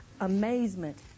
amazement